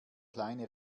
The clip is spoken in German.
kleine